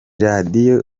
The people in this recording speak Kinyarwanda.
radio